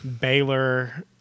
Baylor